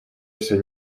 все